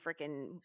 freaking